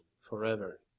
forever